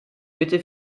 mitte